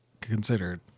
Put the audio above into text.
considered